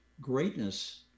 greatness